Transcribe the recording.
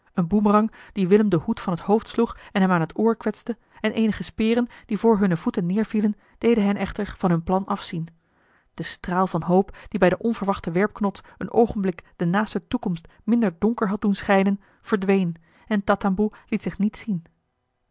een boemerang die willem den hoed van het hoofd sloeg en hem aan het oor kwetste en eenige speren die voor hunne voeten neervielen deden hen echter van hun plan afzien de straal van hoop die bij den onverwachten werpknots een oogenblik de naaste toekomst minder donker had doen schijnen verdween en tatamboe liet zich niet zien